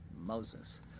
Moses